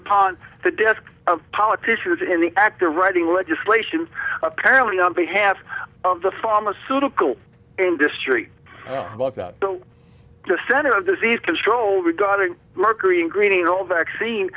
upon the desk of politicians in the act of writing legislation apparently on behalf of the pharmaceutical industry that the center of the seized control regarding mercury in greening all vaccine